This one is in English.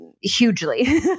Hugely